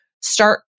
start